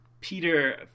Peter